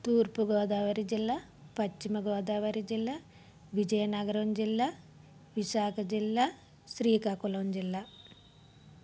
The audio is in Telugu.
తూర్పుగోదావరి జిల్లా పశ్చిమగోదావరి జిల్లా విజయనగరం జిల్లా విశాఖ జిల్లా శ్రీకాకుళం జిల్లా